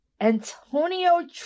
Antonio